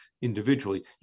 individually